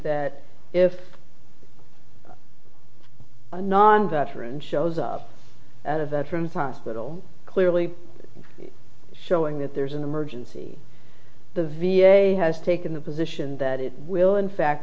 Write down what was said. that if a non veteran shows up at a veteran time little clearly showing that there's an emergency the v a has taken the position that it will in fact